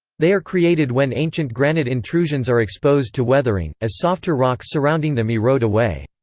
they are created when ancient granite intrusions are exposed to weathering, as softer rocks surrounding them erode away.